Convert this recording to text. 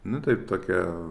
nu taip tokia